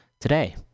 today